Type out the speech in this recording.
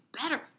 better